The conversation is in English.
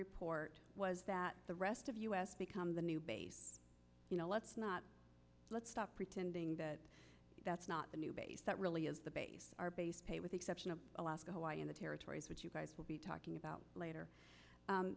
report was that the rest of us become the new base you know let's not let's stop pretending that that's not the new base that really is the base our base pay with the exception of alaska hawaii in the territories that you guys will be talking about later